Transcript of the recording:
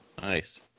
Nice